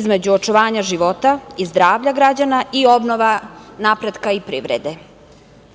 između očuvanja života i zdravlja građana i obnova napretka i privrede. Na